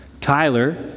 Tyler